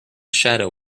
shadow